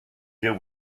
deal